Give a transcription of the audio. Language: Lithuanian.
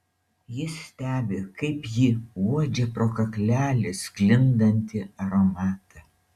jis stebi kaip ji uodžia pro kaklelį sklindantį aromatą